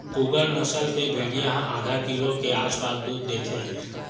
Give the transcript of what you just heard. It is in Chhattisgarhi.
पूगल नसल के भेड़िया ह आधा किलो के आसपास दूद देथे